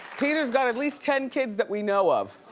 peter's got at least ten kids that we know of.